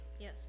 Yes